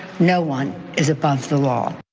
no one is above the law.